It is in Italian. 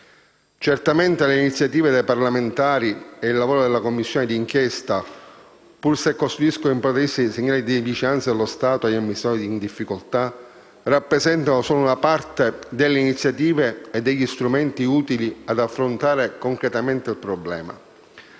Certamente le iniziative dei parlamentari e il lavoro della Commissione d'inchiesta, pur se costituiscono importantissimi segnali della vicinanza dello Stato agli amministratori in difficoltà, rappresentano solo una parte delle iniziative e degli strumenti utili ad affrontare concretamente il problema.